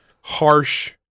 harsh